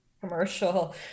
commercial